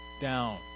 down